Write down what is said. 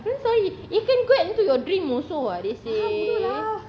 different story it can go into your dream also [what] they say